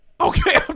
Okay